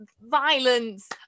violence